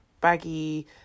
baggy